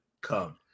come